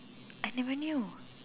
I never knew